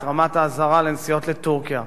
את רמת האזהרה לנסיעות לטורקיה.